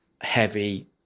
heavy